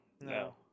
No